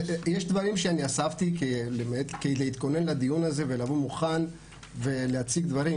יש דברים שאני אספתי כדי להתכונן לדיון הזה ולבוא מוכן ולהציג דברים,